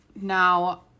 Now